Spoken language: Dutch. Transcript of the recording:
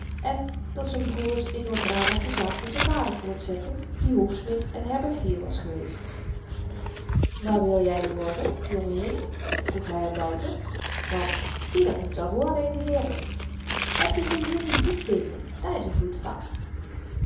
en dat z'n broers in noordbrabant de zaak van z'n vader voortzetten die hoefsmid en herbergier was geweest en wat wil jy worden jongeheer vroeg hy aan wouter want ieder moet wat worden in de wereld heb je geen zin in boekbinden dat s n goed vak